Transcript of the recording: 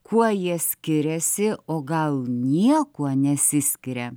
kuo jie skiriasi o gal niekuo nesiskiria